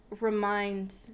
remind